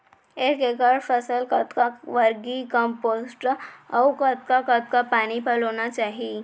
एक एकड़ फसल कतका वर्मीकम्पोस्ट अऊ कतका कतका पानी पलोना चाही?